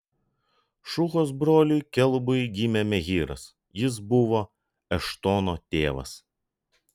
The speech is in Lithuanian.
šuhos broliui kelubui gimė mehyras jis buvo eštono tėvas